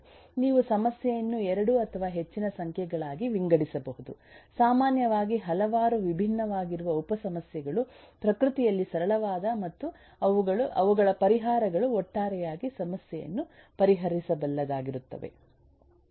ನೀವು ಸಮಸ್ಯೆಯನ್ನು 2 ಅಥವಾ ಹೆಚ್ಚಿನ ಸಂಖ್ಯೆಗಳಾಗಿ ವಿಂಗಡಿಸಬಹುದು ಸಾಮಾನ್ಯವಾಗಿ ಹಲವಾರು ವಿಭಿನ್ನವಾಗಿರುವ ಉಪ ಸಮಸ್ಯೆಗಳು ಪ್ರಕೃತಿಯಲ್ಲಿ ಸರಳವಾದ ಮತ್ತು ಅವುಗಳ ಪರಿಹಾರಗಳು ಒಟ್ಟಾರೆಯಾಗಿ ಸಮಸ್ಯೆಯನ್ನು ಪರಿಹರಿಸಬಲ್ಲದಾಗಿರುತ್ತವೆ